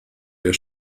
der